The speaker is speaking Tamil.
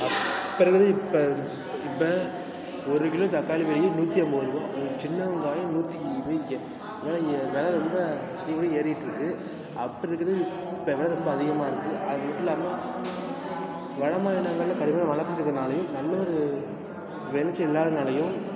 அப்போ இருக்கிறது இப்போ இப்போ ஒரு கிலோ தக்காளி விலையே நூற்று ஐம்பதுரூவா இந்த சின்ன வெங்காயம் நூற்று இரு வில வில ரொம்ப அதிகமாக ஏறிகிட்ருக்கு அப்போ இருக்கிறதுக்கு இப் வில ரொம்ப அதிகமாக இருக்குது அது மட்டும் இல்லாமல் வட மாநிலங்கள்ல கடுமையாக மழை பெய்கிறதுனாலையும் நல்ல ஒரு விளச்சல் இல்லாதனாலையும்